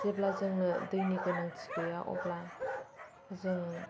जेब्ला जोंनो दैनि गोनांथि गैया अब्ला जों